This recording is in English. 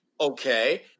Okay